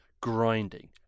grinding